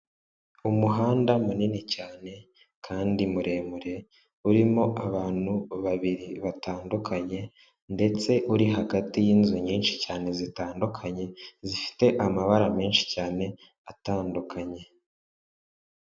Umuhanda munini cyane kandi muremure urimo abantu babiri batandukanye ndetse uri hagati y'inzu nyinshi cyane zitandukanye, zifite amabara menshi cyane atandukanye.